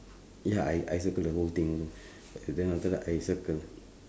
ya I I circle the whole thing then after that I circle